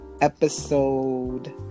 episode